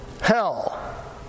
hell